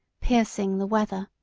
piercing the weather